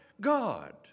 God